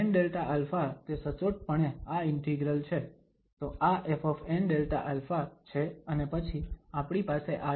FnΔα તે સચોટપણે આ ઇન્ટિગ્રલ છે તો આ FnΔα છે અને પછી આપણી પાસે આ છે πlΔα